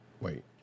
Wait